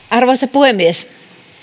arvoisa puhemies